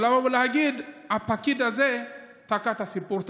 לבוא ולהגיד שהפקיד הזה תקע את הסיפור,